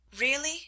Really